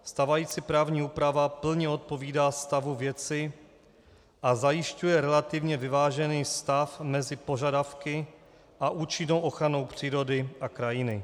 Stávající právní úprava plně odpovídá stavu věci a zajišťuje relativně vyvážený stav mezi požadavky a účinnou ochranou přírody a krajiny.